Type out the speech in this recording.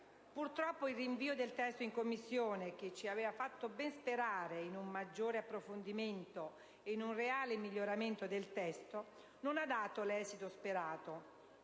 Purtroppo, però, il rinvio del testo in Commissione, che ci aveva fatto sperare in un maggiore approfondimento e in un reale miglioramento del testo, non ha dato l'esito sperato,